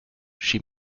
she